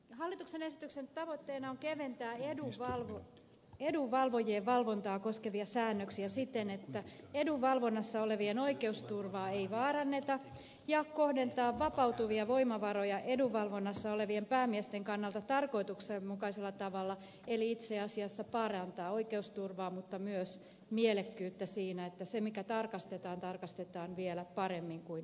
hallituksen esityksen tavoitteena on keventää edunvalvojien valvontaa koskevia säännöksiä siten että edunvalvonnassa olevien oikeusturvaa ei vaaranneta ja kohdentaa vapautuvia voimavaroja edunvalvonnassa olevien päämiesten kannalta tarkoituksenmukaisella tavalla eli itse asiassa parantaa oikeusturvaa mutta myös mielekkyyttä siinä että se mikä tarkastetaan tarkastetaan vielä paremmin kuin nykyään